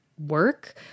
work